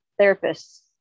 therapists